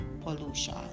pollution